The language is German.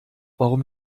warum